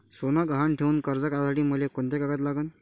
सोनं गहान ठेऊन कर्ज काढासाठी मले कोंते कागद लागन?